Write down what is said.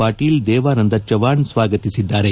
ಪಾಟೀಲ್ ದೇವಾನಂದ ಚವಾಣ್ ಸ್ವಾಗತಿಸಿದ್ದಾರೆ